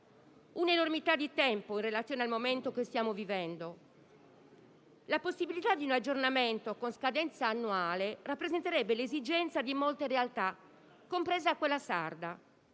Un'enormità di tempo in relazione al momento che stiamo vivendo. La possibilità di un aggiornamento con scadenza annuale rappresenterebbe l'esigenza di molte realtà, compresa quella sarda,